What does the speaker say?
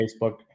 Facebook